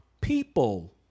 people